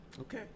Okay